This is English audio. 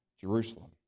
Jerusalem